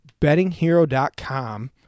bettinghero.com